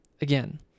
Again